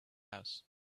house